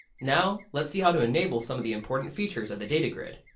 now let's see how to enable some of the important features of the data grid.